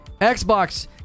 Xbox